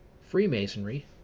Freemasonry